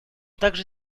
также